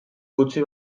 utzi